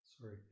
sorry